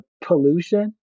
pollution